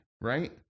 right